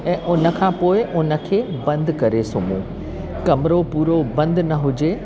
ऐं उनखां पोइ हुनखे बंदि करे सुम्हूं कमिरो पूरो बंदि न हुजे